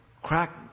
crack